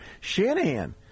Shanahan